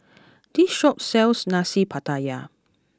this shop sells Nasi Pattaya